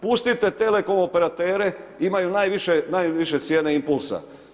Pustite telekomoperatere, imaju najviše cijene impulsa.